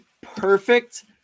perfect